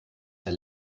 der